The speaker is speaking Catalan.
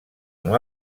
amb